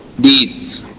deeds